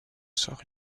sort